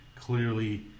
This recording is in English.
clearly